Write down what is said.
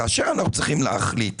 כאשר אנחנו צריכים להחליט